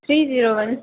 three zero one